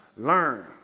Learn